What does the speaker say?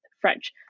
French